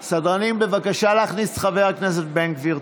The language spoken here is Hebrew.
סדרנים, בבקשה להכניס את חבר הכנסת בן גביר.